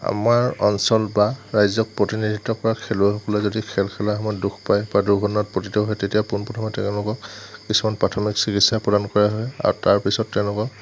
আমাৰ অঞ্চল পৰা ৰাইজক প্ৰতিনিধিত্ব কৰা খেলুৱৈ সকলে যদি খেল খেলা সময়ত দুখ পাই বা দূৰ্ঘটনাত পতিত হয় তেতিয়া পোন প্ৰথমতে তেওঁলোকক কিছুমান প্ৰাথমিক চিকিৎসা প্ৰদান কৰা হয় আৰু তাৰ পিছত তেওঁলোকক